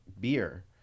beer